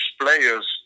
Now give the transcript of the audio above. players